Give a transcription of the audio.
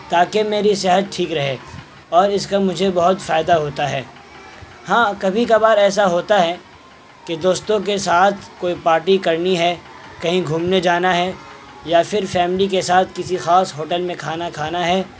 تاکہ میری صحت ٹھیک رہے اور اس کا مجھے بہت فائدہ ہوتا ہے ہاں کبھی کبھار ایسا ہوتا ہے کہ دوستوں کے ساتھ کوئی پاٹی کرنی ہے کہیں گھومنے جانا ہے یا پھر فیملی کے ساتھ کسی خاص ہوٹل میں کھانا کھانا ہے